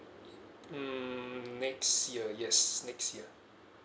mm next year yes next year